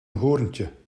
hoorntje